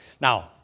Now